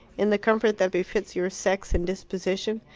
in the comfort that befits your sex and disposition.